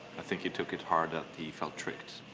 i think he took it hard that he felt tricked,